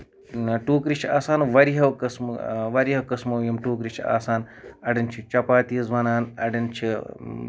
ٹوٗکٔرِ چھِ آسان واریاہو قٔسمہٕ واریاہَو قسمَو یِم ٹوٗکٔرِ چھِ آسان اَڑین چھِ چَپاتیٖز وَنان اَڑین چھِ